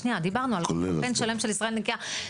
דיברנו על פרויקט שלם של "ישראל נקייה".